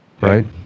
right